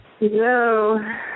No